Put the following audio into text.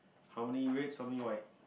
how many reds how many white